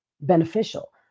beneficial